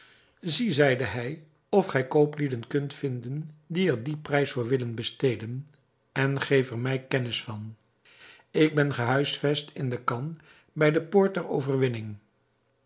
zie zeide hij of gij kooplieden kunt vinden die er dien prijs voor willen besteden en geef er mij kennis van ik ben gehuisvest in de khan bij de poort der overwinning